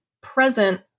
present